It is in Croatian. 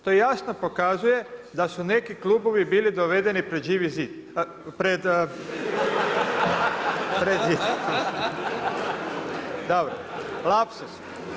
To jasno pokazuje da su neki klubovi bili dovedeni pred živi zid, dobro, lapsus.